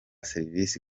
serivisi